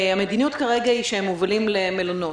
המדיניות כרגע היא שהם מובלים למלונות.